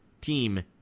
team